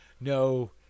No